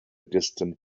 distant